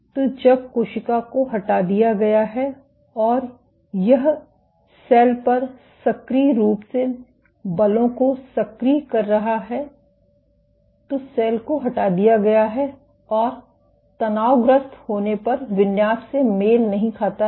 तो जब कोशिका को हटा दिया गया है और यह सेल पर सक्रिय रूप से बलों को सक्रिय कर रहा है तो सेल को हटा दिया गया है और तनावग्रस्त होने पर विन्यास से मेल नहीं खाता है